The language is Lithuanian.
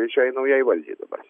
šiai naujai valdžiai dabar